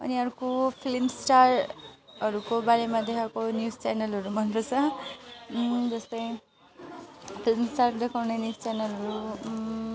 अनि अर्को फिल्म स्टारहरूको बारेमा देखाएको न्युज च्यानलहरू मनपर्छ जस्तै फिल्म स्टार देखाउने न्युज च्यानलहरू